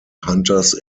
hunters